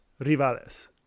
rivales